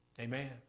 Amen